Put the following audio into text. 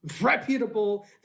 reputable